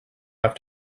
have